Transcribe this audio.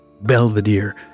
Belvedere